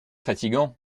fatigant